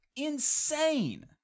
insane